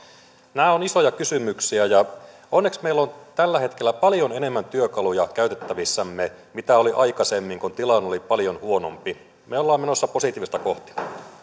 nämä ovat isoja kysymyksiä onneksi meillä on tällä hetkellä paljon enemmän työkaluja käytettävissämme kuin oli aikaisemmin kun tilanne oli paljon huonompi me olemme menossa positiivista kohti